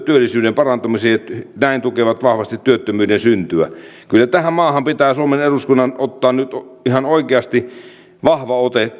työllisyyden parantamista ja näin tukevat vahvasti työttömyyden syntyä kyllä pitää suomen eduskunnan ottaa nyt ihan oikeasti vahva ote